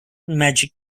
magic